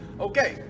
Okay